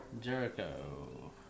jericho